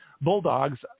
Bulldogs